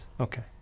okay